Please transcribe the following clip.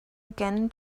again